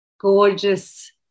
gorgeous